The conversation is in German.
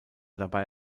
dabei